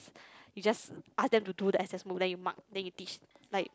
you just ask them to do the assessment book then you mark then you teach like